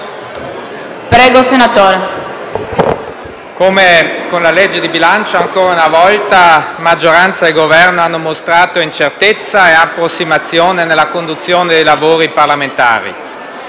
Presidente, come con la legge di bilancio, ancora una volta maggioranza e Governo hanno mostrato incertezza e approssimazione nella conduzione dei lavori parlamentari.